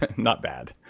and not bad.